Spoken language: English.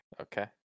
Okay